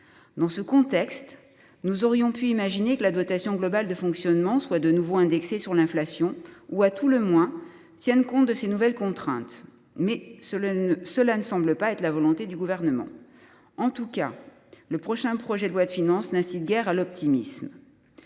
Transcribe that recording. Dans ce contexte, nous aurions pu imaginer que la DGF soit de nouveau indexée sur l’inflation ou, à tout le moins, qu’elle tienne compte de ces nouvelles contraintes… Mais cela ne semble pas être la volonté du Gouvernement. En tout cas, le prochain projet de loi de finances n’incite guère à l’optimisme.